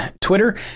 Twitter